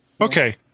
Okay